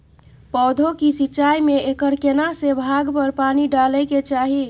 पौधों की सिंचाई में एकर केना से भाग पर पानी डालय के चाही?